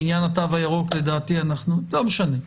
בעניין התו הירוק לדעתי אנחנו, לא משנה,